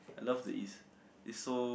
I love the east is so